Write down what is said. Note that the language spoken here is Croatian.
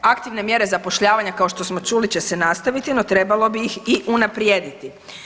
Mjere, aktivne mjere zapošljavanja kao što smo čuli će se nastaviti no trebalo bi ih i unaprijediti.